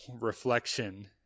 reflection